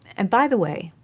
and by the way,